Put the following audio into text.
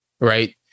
right